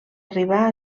arribar